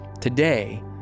Today